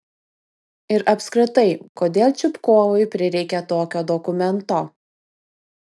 ir apskritai kodėl čupkovui prireikė tokio dokumento